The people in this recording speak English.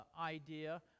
idea